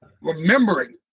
remembering